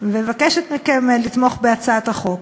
ומבקשת מכם לתמוך בהצעת החוק.